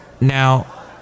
Now